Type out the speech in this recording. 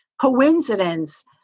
coincidence